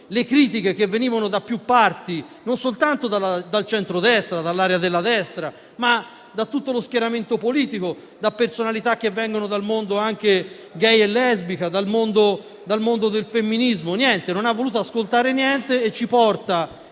le critiche che venivano da più parti, non soltanto dal centrodestra e dalla destra, ma da tutto lo schieramento politico e da personalità che vengono dal mondo *gay* e lesbico e dal femminismo. Niente: non ha voluto ascoltare alcunché e ci porta